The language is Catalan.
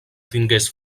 tingués